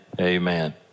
Amen